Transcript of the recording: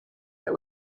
that